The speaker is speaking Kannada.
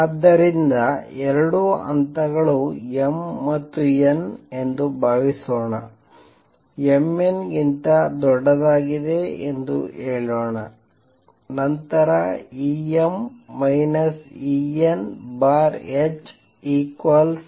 ಆದ್ದರಿಂದ ಎರಡು ಹಂತಗಳು m ಮತ್ತು n ಎಂದು ಭಾವಿಸೋಣ m n ಗಿಂತ ದೊಡ್ಡದಾಗಿದೆ ಎಂದು ಹೇಳೋಣ ನಂತರ hmn